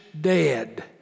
dead